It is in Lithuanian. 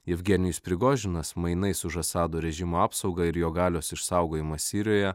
jevgenijus prigožinas mainais už asado režimo apsaugą ir jo galios išsaugojimą sirijoje